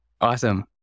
Awesome